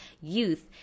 youth